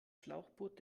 schlauchboot